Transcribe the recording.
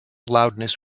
loudness